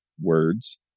words